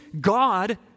God